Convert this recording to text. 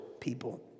people